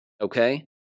okay